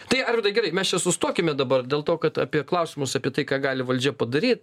tai ar gerai mes čia sustokime dabar dėl to kad apie klausimus apie tai ką gali valdžia padaryt